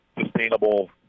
sustainable